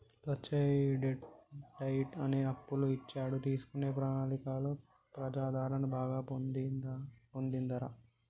లచ్చయ్య ఈ debt diet అనే అప్పులు ఇచ్చుడు తీసుకునే ప్రణాళికలో ప్రజాదరణ బాగా పొందిందిరా